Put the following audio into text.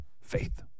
Faith